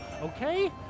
okay